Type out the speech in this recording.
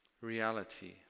reality